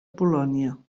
polònia